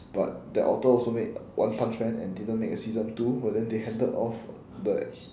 but that author also made one punch man and didn't make a season two but then they handed off the